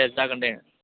दे जागोन दे